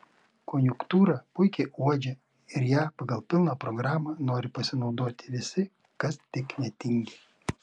konjunktūrą puikiai uodžia ir ja pagal pilną programą nori pasinaudoti visi kas tik netingi